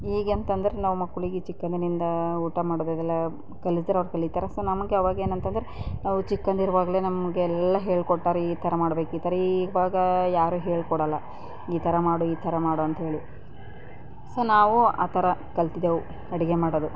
ಈಗೆಂತಂದ್ರೆ ನಾವು ಮಕ್ಕಳಿಗೆ ಚಿಕ್ಕಂದಿನಿಂದ ಊಟ ಮಾಡಿದಾಗೆಲ್ಲ ಕಲಿಸ್ದೋರು ಅವ್ರು ಕಲೀತಾರೆ ಸೊ ನಮಗೆ ಆವಾಗೇನಂತಂದ್ರೆ ನಾವು ಚಿಕ್ಕಂದಿರೋವಾಗಲೇ ನಮಗೆಲ್ಲ ಹೇಳ್ಕೊಡ್ತಾರೆ ಈ ಥರ ಮಾಡಬೇಕು ಈ ಥರ ಇವಾಗ ಯಾರು ಹೇಳ್ಕೊಡಲ್ಲ ಈ ಥರ ಮಾಡು ಈ ಥರ ಮಾಡು ಅಂಥೇಳಿ ಸೊ ನಾವು ಆ ಥರ ಕಲ್ತಿದ್ದೆವು ಅಡುಗೆ ಮಾಡೋದು